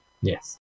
Yes